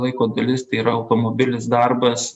laiko dalis tai yra automobilis darbas